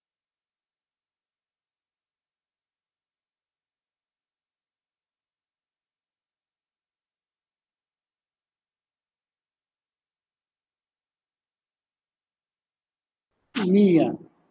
me ah